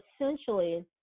essentially